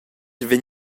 vegn